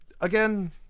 again